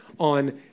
on